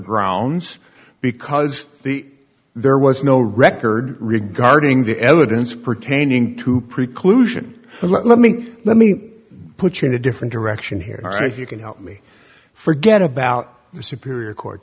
grounds because the there was no record regarding the evidence pertaining to preclusion let me let me put you in a different direction here are if you can help me forget about the superior court